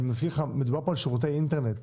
מזכיר לך מדובר פה על שירותי אינטרנט.